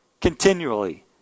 continually